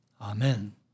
Amen